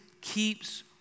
keeps